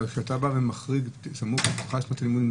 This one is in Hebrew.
אבל כשאתה בא ומחריג סמוך מאוד לשנת הלימודים,